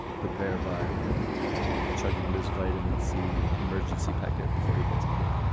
prepare by chugging this vitamin c emergency packet before he gets in here